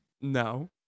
no